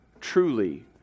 Truly